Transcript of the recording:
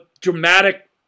dramatic